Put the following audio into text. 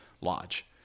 lodge